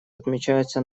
отмечается